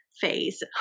phase